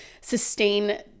sustain